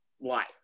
life